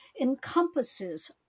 encompasses